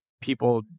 people